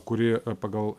kuri pagal